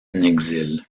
exil